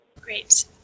Great